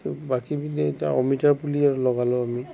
বাকীবিলাক এতিয়া অমিতা পুলি লগালোঁ আমি